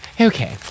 Okay